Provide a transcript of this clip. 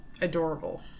adorable